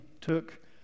took